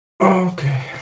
Okay